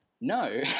no